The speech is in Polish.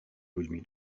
ludźmi